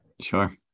Sure